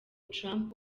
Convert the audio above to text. trump